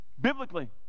Biblically